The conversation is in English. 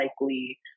likely